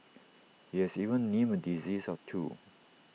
he has even named A disease or two